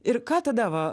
ir ką tada va